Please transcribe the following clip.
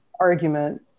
Argument